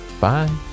bye